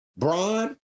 Braun